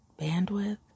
Bandwidth